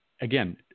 again